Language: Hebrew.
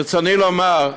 ברצוני לומר: